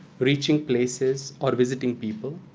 reaching places or visiting people,